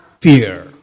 fear